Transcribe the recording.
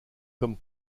comme